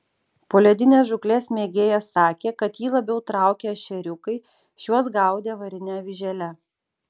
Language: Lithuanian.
poledinės žūklės mėgėjas sakė kad jį labiau traukia ešeriukai šiuos gaudė varine avižėle